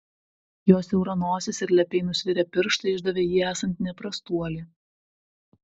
jo siaura nosis ir lepiai nusvirę pirštai išdavė jį esant ne prastuoli